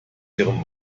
ihrem